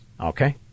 Okay